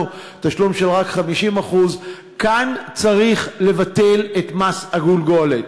תשלום של רק 50% כאן צריך לבטל את מס הגולגולת.